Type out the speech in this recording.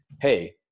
Hey